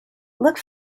look